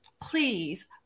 please